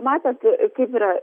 matot kaip yra